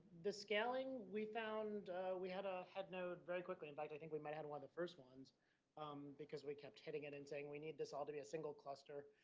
the scaling we found we had ah had no very quickly. and i think we might had one of the first ones because we kept getting it and saying we need this all to be a single cluster.